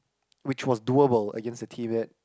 which was doable against the team that